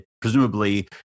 presumably